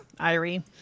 Irie